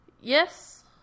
Yes